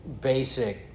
basic